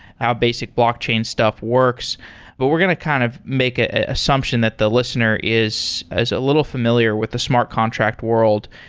how basic blockchain stuff works but we're going to kind of make ah a assumption that the listener is a little familiar with the smart contract world.